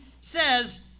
says